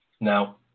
Now